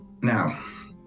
Now